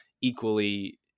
equally